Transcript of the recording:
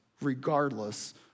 regardless